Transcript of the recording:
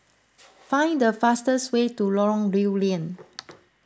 find the fastest way to Lorong Lew Lian